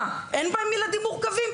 מה, אין בהן ילדים מורכבים?